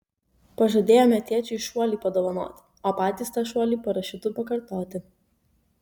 pažadėjome tėčiui šuolį padovanoti o patys tą šuolį parašiutu pakartoti